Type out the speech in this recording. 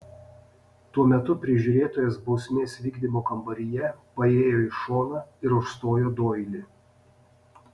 tuo metu prižiūrėtojas bausmės vykdymo kambaryje paėjo į šoną ir užstojo doilį